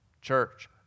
Church